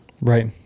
Right